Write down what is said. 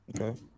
Okay